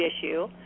issue